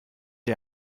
ihr